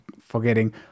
forgetting